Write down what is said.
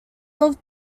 looked